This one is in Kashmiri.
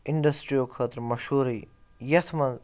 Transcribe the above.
اِنڈَسٹِریو خٲطرٕ مشہوٗرٕے یَتھ منٛز